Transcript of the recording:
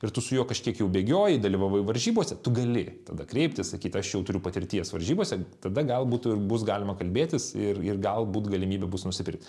ir tu su juo kažkiek jau bėgioji dalyvavai varžybose tu gali tada kreiptis sakyt aš jau turiu patirties varžybose tada galbūt ir bus galima kalbėtis ir ir galbūt galimybė bus nusipirkt